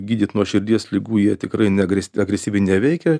gydyt nuo širdies ligų jie tikrai neag agresyviai neveikia